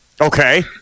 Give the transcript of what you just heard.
Okay